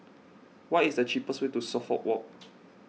what is the cheapest way to Suffolk Walk